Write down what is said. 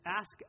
ask